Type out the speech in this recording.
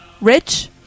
Rich